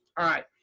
all right.